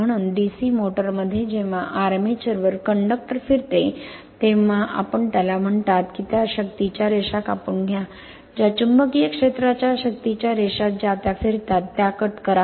म्हणून DC motor मध्ये जेव्हा आर्मेचर वर कंडक्टर फिरते तेव्हा आपण ज्याला म्हणतात त्या शक्तीच्या रेषा कापून घ्या ज्या चुंबकीय क्षेत्राच्या शक्तीच्या रेषा ज्या त्या फिरतात त्या कट करा